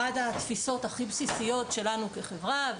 אחת התפיסות הכי בסיסיות שלנו כחברה,